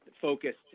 focused